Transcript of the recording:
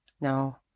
no